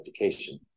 education